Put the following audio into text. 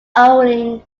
owing